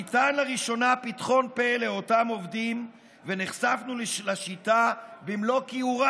ניתן לראשונה פתחון פה לאותם עובדים ונחשפנו לשיטה במלוא כיעורה: